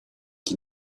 qui